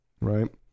right